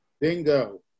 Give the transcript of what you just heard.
Bingo